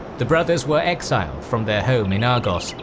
the brothers were exiled from their home in argos,